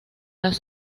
las